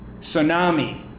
tsunami